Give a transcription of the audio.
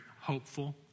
hopeful